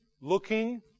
looking